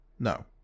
No